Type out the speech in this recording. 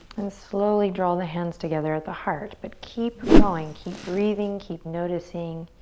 and slowly draw the hands together at the heart. but keep going, keep breathing, keep noticing,